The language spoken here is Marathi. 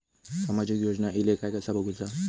सामाजिक योजना इले काय कसा बघुचा?